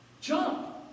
Jump